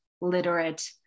literate